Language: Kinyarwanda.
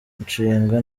nshinga